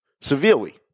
Severely